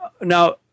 Now